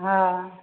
हँ